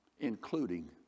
including